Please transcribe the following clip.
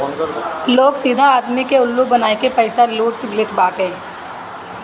लोग सीधा आदमी के उल्लू बनाई के पईसा लूट लेत बाटे